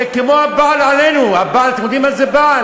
זה כמו הבעל עלינו, אתם יודעים מה זה "בעל".